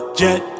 jet